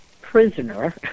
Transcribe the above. prisoner